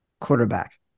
quarterback